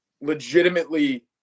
legitimately